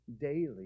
daily